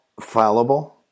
fallible